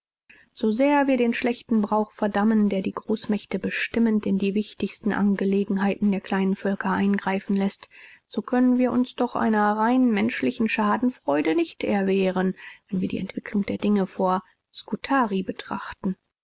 so sehr wir den schlechten brauch verdammen der die großmächte bestimmend in die wichtigsten angelegenheiten der kleinen völker eingreifen läßt so können wir uns doch einer rein menschlichen schadenfreude nicht erwehren wenn wir die entwicklung der dinge vor skutari betrachten